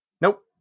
Nope